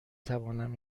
توانم